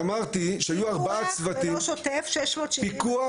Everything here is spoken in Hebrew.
והדבר השני שהיו ארבעה צוותים פיקוח